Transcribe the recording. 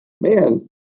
man